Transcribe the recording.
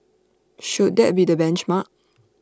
should that be the benchmark